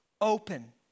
open